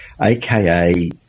aka